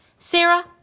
Sarah